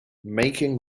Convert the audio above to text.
making